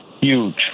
huge